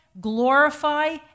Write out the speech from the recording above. glorify